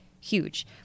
huge